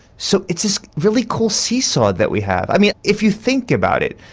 so it's this really cool seesaw that we have, i mean if you think about it,